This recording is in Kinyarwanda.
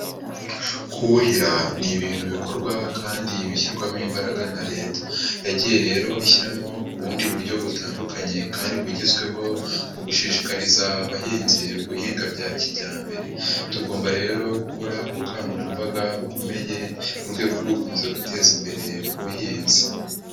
Kuhira ni ibintu bikorwa kandi bishyirwamo imbaraga na Leta, yagiye rero ishyiramo ubundi buryo butandukanye kandi bugezweho mu gushishikariza abahinzi guhinga bya kijyambere, tugomba rero gukora ubukangurambaga bukomeye mu rwego rwo gukomeza guteza imbere ubuhinzi.